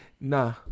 nah